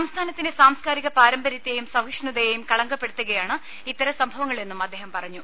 സംസ്ഥാനത്തിന്റെ സാംസ് കാരിക പാരമ്പര്യത്തെയും സഹിഷ്ണുതയെയും കളങ്കപ്പെടുത്തുകയാണ് ഇത്തരം സംഭവങ്ങൾ എന്നും അദ്ദേഹം പറഞ്ഞു